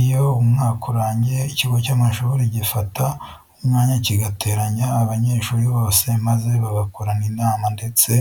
Iyo umwaka urangiye ikigo cy'amashuri gifata umwanya kigateranya abanyeshuri bose maze bagakorana inama ndetse